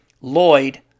Lloyd